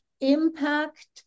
impact